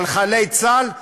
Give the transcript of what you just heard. על חיילי צה"ל,